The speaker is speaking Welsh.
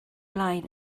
blaen